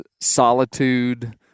solitude